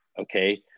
okay